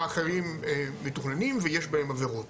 ואחרים מתוכננים ויש בהן עבירות.